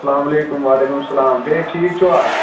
سُتہِ یی سُہ تہِ یی أتھۍ ریٚنجس منٛز یی سُہ تہِ